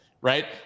right